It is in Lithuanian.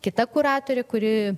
kita kuratorė kuri